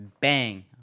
Bang